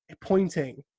pointing